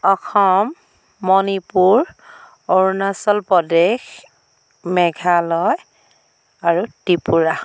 অসম মণিপুৰ অৰুণাচল প্ৰদেশ মেঘালয় আৰু ত্ৰিপুৰা